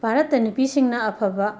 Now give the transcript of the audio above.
ꯚꯥꯔꯠꯇ ꯅꯨꯄꯤꯁꯤꯡꯅ ꯑꯐꯕ